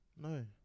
no